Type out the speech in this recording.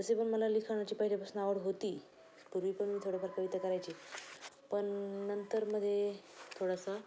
तसे पण मला लिखाणाची पाहिल्यापासून आवड होती पूर्वी पण मी थोड्याफार कविता करायचे पण नंतर मध्ये थोडासा